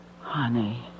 Honey